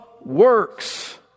works